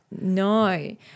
No